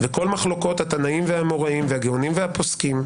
וכל מחלוקות התנאים והאמוראים והגאונים והפוסקים,